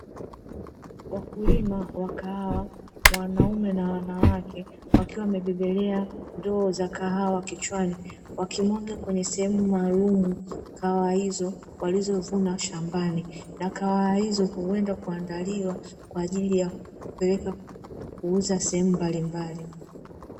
Wakulima wakahawa wanaume na wanawake wakiwa wamebeba ndoo za kahawa kichwani, wakiweka kwenye sehemu maalumu kahawa hizo walizovuna shambani, na huenda kuandaliwa kwa ajili ya kupeleka kuuza sehemu mbalimbali.